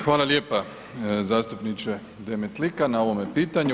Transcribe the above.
Hvala lijepa zastupniče Demetlika na ovome pitanju.